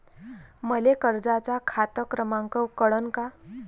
मले कर्जाचा खात क्रमांक कळन का?